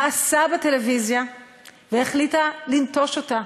מאסה בטלוויזיה והחליטה לנטוש אותה.